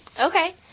okay